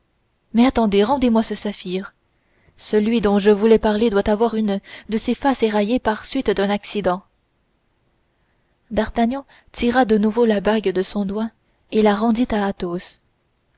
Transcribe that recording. mais attendez rendez-moi ce saphir celui dont je voulais parler doit avoir une de ses faces éraillée par suite d'un accident d'artagnan tira de nouveau la bague de son doigt et la rendit à athos